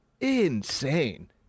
insane